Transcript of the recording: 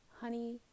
Honey